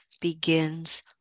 begins